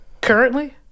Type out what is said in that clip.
Currently